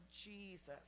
Jesus